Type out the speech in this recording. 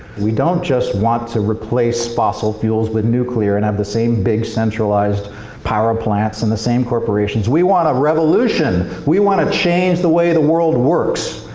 we don't just want to replace fossil fuels with nuclear and have the same big centralized power plants, and the same corporations we want a revolution! we want to change the way the world works!